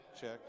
check